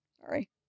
Sorry